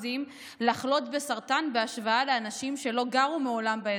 לחלות בסרטן בהשוואה לאנשים שלא גרו מעולם באזור.